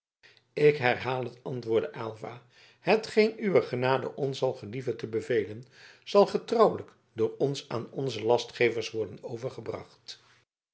ik herhaal het antwoordde aylva hetgeen uwe genade ons zal gelieven te bevelen zal getrouwelijk door ons aan onze lastgevers worden overgebracht